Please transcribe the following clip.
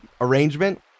arrangement